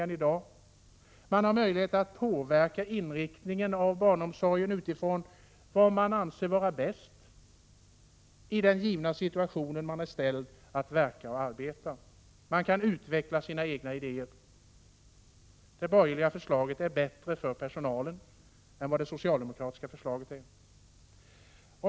Man har vidare möjlighet att påverka inriktningen av barnomsorgen i enlighet med vad man själv anser vara bäst i den situation som man är ställd att verka i. Man kan utveckla sina egna idéer. Det borgerliga förslaget är alltså bättre för personalen än vad det socialdemokratiska förslaget är.